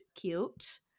cute